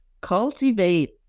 cultivate